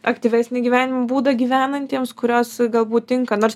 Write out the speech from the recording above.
aktyvesnį gyvenimo būdą gyvenantiems kurios galbūt tinka nors